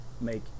make